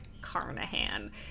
Carnahan